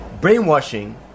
Brainwashing